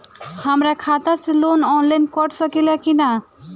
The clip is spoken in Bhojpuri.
हमरा खाता से लोन ऑनलाइन कट सकले कि न?